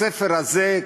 בספר הזה,